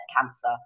cancer